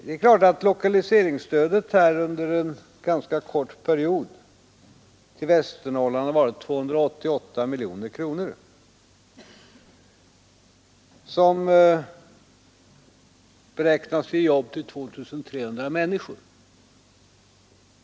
Lokaliseringsstödet till Västernorrland har under en ganska kort period varit 288 miljoner kronor, och det beräknas ge upp till 2 300 människor arbete.